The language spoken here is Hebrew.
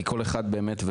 כי כל אחד והסוגיות שלו,